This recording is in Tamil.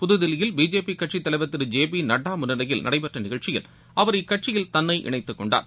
புதுதில்லியில் பிஜேபி கட்சித் தலைவர் திரு ஜே பி நட்டா முன்ளிலையில் நடைபெற்ற நிஷழ்ச்சியில் அவர் இக்கட்சியில் தன்னை இணைத்து கொண்டார்